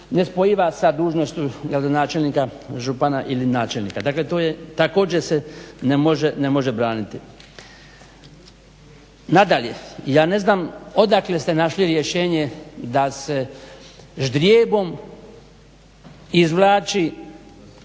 nespojiva sa dužnošću gradonačelnika, župana ili načelnika. Dakle, to je, također se ne može braniti. Nadalje ja ne znam odakle ste našli rješenje da se ždrijebom izvlači